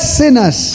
sinners